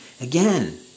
Again